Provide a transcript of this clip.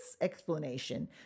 explanation